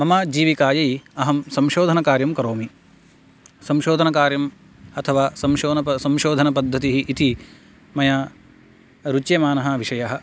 मम जीविकायै अहं संशोधनकार्यं करोमि संशोधनकार्यम् अथवा संसोधनपद्धतिः इति मया रुच्यमानः विषयः